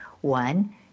One